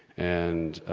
and,